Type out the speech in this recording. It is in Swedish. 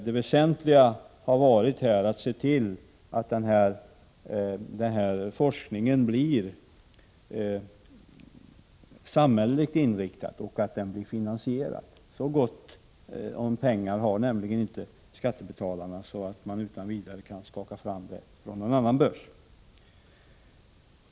Det väsentliga har varit att se till att denna forskning blir samhälleligt inriktad och att den finansieras. Så gott om pengar har nämligen inte skattebetalarna att de utan vidare kan skaka fram pengar ur någon annan börs.